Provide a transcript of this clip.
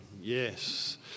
Yes